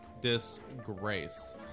disgrace